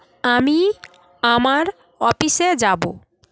আমি আমার অফিসে যাব